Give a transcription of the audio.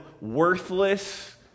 worthless